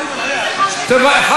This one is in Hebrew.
בסדר, דיברו עליו כל הערב.